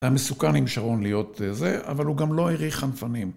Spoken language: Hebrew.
היה מסוכן עם שרון להיות זה, אבל הוא גם לא העריך חנפנים.